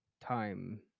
time